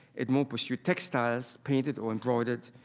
edmond pursued textiles painted or embroidered.